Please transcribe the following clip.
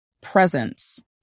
presence